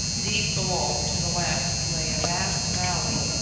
deep below to the left lay a vast valley,